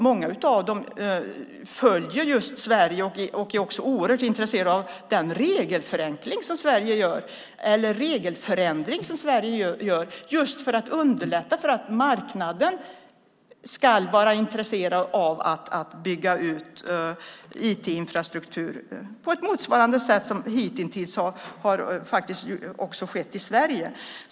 Många av dem följer just Sverige och är också oerhört intresserade av den regelförenkling eller regelförändring som Sverige gör för att underlätta för marknaden att bygga ut IT-infrastruktur på ett motsvarande sätt, vilket hittills faktiskt har skett i Sverige.